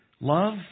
love